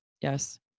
Yes